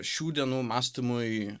šių dienų mąstymui